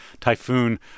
typhoon